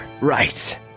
Right